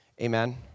Amen